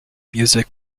music